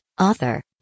author